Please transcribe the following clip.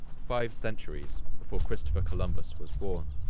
five centuries before christopher columbus was born.